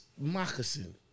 moccasin